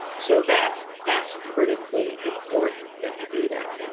so, that's that's critically important that you do that.